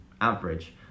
average